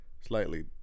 slightly